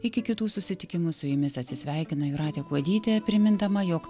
iki kitų susitikimų su jumis atsisveikina jūratė kuodytė primindama jog